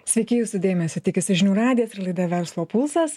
sveiki jūsų dėmesio tikisi žinių radijas ir laida verslo pulsas